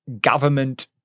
government